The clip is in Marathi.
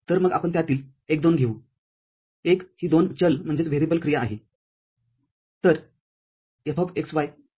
तर मग आपण त्यातील एक दोन घेऊएक ही दोन चल क्रिया आहे